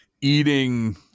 eating